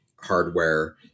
hardware